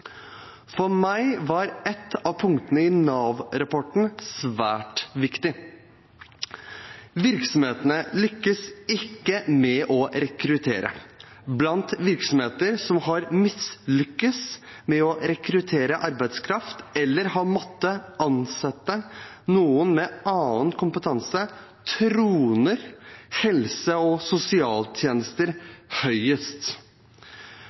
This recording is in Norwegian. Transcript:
For meg var ett av punktene i Nav-rapporten svært viktig: Virksomhetene lykkes ikke med å rekruttere. Blant virksomheter som har mislyktes med å rekruttere arbeidskraft eller har måttet ansette noen med annen kompetanse, troner helse- og